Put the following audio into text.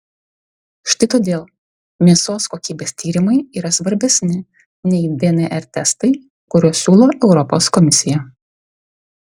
štai todėl mėsos kokybės tyrimai yra svarbesni nei dnr testai kuriuos siūlo europos komisija